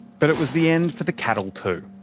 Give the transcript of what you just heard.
but it was the end for the cattle, too.